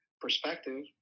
perspective